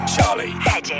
Charlie